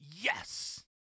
yes